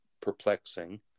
perplexing